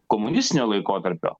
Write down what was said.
komunistinio laikotarpio